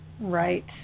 Right